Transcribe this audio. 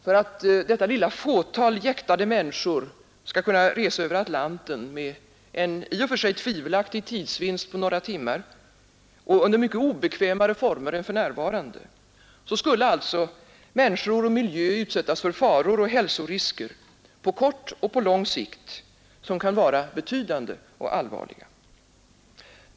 För att detta lilla fåtal jäktade människor skall kunna resa över Atlanten med en i och för sig tvivelaktig tidsvinst på nägra få timmar och under mycket obekvämare former än för närvarande, skulle alltsa människor och miljö utsättas för faror och hälsorisker, på kort och på lang sikt, som kan vara betydande och allvarliga.